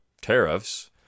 tariffs